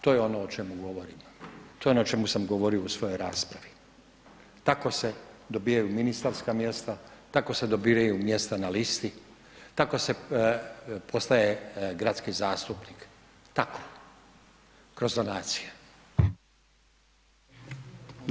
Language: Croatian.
To je ono o čemu govorimo, to je ono o čemu sam govorio u svojoj raspravi, tako se dobivaju ministarska mjesta, tako se dobivaju mjesta na listi, tako se postaje gradski zastupnik, tako, kroz donacije.